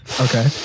Okay